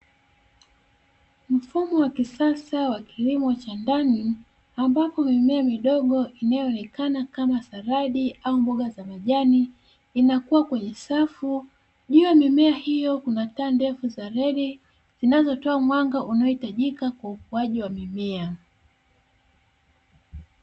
Mfumo wa kisasa wa kilimo cha ndani, ambapo mimea midogo inaonekana kama saladi au mboga za majani. Inakua kwenye safu, juu ya mimea hiyo kuna taa ndefu za reli zinazotoa mwanga unaohitajika kwa ukuaji wa mimea.